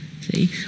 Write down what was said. See